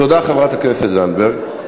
תודה, חברת הכנסת זנדברג.